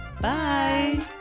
Bye